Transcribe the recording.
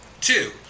Two